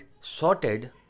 sorted